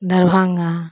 Darbhanga